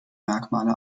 merkmale